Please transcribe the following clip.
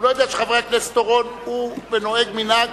הוא לא יודע שחבר הכנסת אורון נוהג מנהג